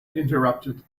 interrupted